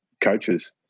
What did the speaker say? Coaches